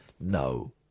No